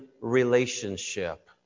relationship